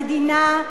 המדינה,